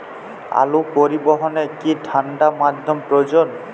আলু পরিবহনে কি ঠাণ্ডা মাধ্যম প্রয়োজন?